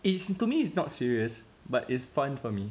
it's to me it's not serious but it's fun for me